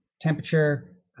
temperature